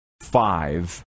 five